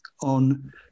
on